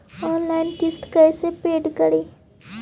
Online किस्त कैसे paid करि?